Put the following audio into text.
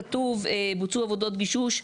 כתוב "בוצעו עבודות גישוש,